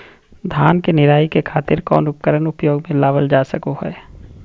धान के निराई के खातिर कौन उपकरण उपयोग मे लावल जा सको हय?